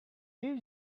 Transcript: blue